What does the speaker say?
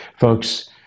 Folks